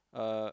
uh